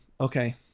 Okay